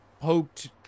poked